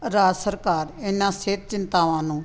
ਰਾਜ ਸਰਕਾਰ ਇੰਨਾ ਸਿਹਤ ਚਿੰਤਾਵਾਂ ਨੂੰ